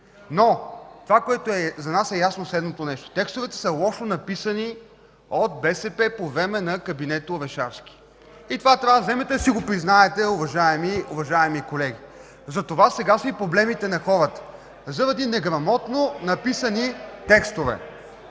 текстове. За нас е ясно следното нещо: текстовете са лошо написани от БСП по време на кабинета Орешарски. Това трябва да си го признаете, уважаеми колеги. Затова сега са и проблемите на хората – заради неграмотно написани текстове.